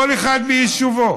כל אחד ביישובו: